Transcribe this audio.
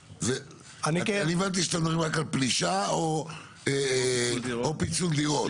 אני הבנתי שני דברים, רק על פלישה או פיצול דירות.